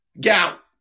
gout